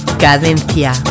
Cadencia